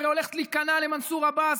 הרי הולכת להיכנע למנסור עבאס.